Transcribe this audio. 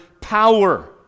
power